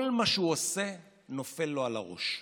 כל מה שהוא עושה נופל לו על הראש.